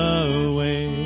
away